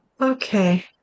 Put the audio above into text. Okay